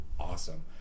awesome